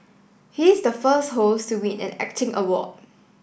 he is the first host to win an acting award